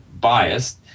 biased